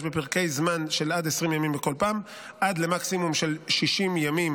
בפרקי זמן של עד 20 ימים כל פעם עד למקסימום של 60 ימים,